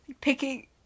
picking